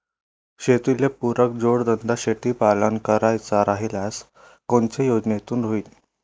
शेतीले पुरक जोडधंदा शेळीपालन करायचा राह्यल्यास कोनच्या योजनेतून होईन?